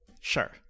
Sure